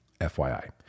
FYI